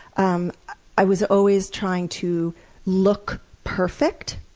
um i was always trying to look perfect,